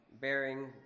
bearing